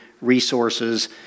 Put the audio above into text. resources